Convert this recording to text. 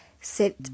sit